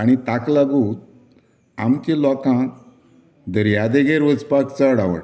आनी ताका लागून आमच्या लोकांक दर्यादेगेंर वचपाक चड आवडटा